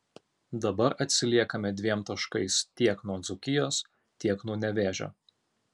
dabar atsiliekame dviem taškais tiek nuo dzūkijos tiek nuo nevėžio